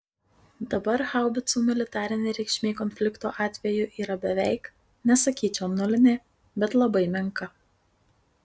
dabar haubicų militarinė reikšmė konflikto atveju yra beveik nesakyčiau nulinė bet labai menka